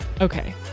Okay